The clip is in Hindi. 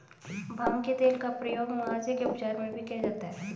भांग के तेल का प्रयोग मुहासे के उपचार में भी किया जाता है